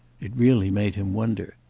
it really made him wonder.